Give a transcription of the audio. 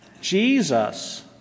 Jesus